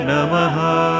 Namaha